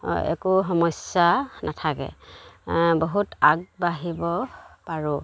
একো সমস্যা নাথাকে বহুত আগবাঢ়িব পাৰোঁ